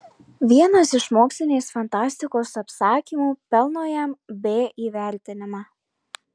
vienas iš mokslinės fantastikos apsakymų pelno jam b įvertinimą